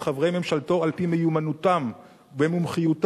חברי ממשלתו על-פי מיומנותם ומומחיותם,